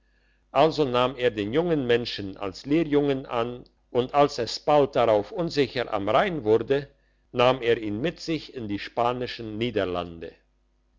also nahm er den jungen menschen als lehrjungen an und als es bald darauf unsicher am rhein wurde nahm er ihn mit sich in die spanischen niederlande